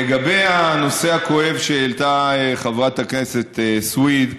לגבי הנושא הכואב שהעלתה חברת הכנסת סויד,